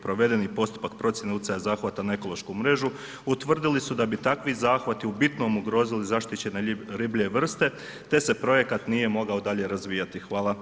Provedeni postupak procjene utjecaja zahvata na ekološku mrežu utvrdili su da bi takvi zahvati u bitom ugrozili zaštićene riblje vrste te se projekt nije mogao dalje razvijati, hvala.